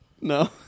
No